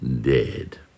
dead